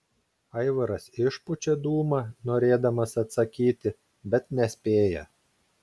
aivaras išpučia dūmą norėdamas atsakyti bet nespėja